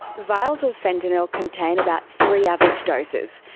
vials of fentanyl contain about three average doses.